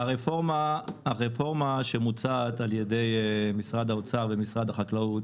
מבחינתנו הרפורמה שמוצעת על ידי משרד האוצר ומשרד החקלאות